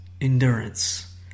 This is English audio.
endurance